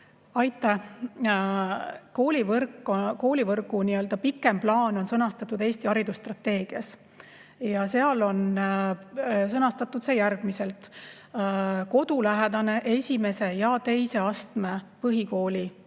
Aitäh! Koolivõrgu pikem plaan on sõnastatud Eesti haridusstrateegias ja seal on sõnastatud see järgmiselt. Kodulähedane esimese ja teise astme põhikooliharidus